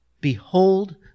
behold